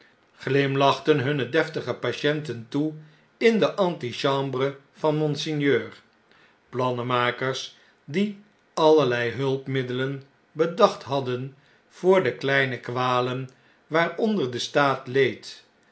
glimlachten hunne deftige patienten toe in de a n t i c h a mbre van monseigneur plannenmakers die allerlei hulpmiddelen bedacht hadden voor de heine kwalen waaronder de staat leed